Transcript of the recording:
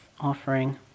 offering